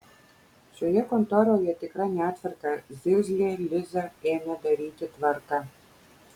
šioje kontoroje tikra netvarka zirzlė liza ėmė daryti tvarką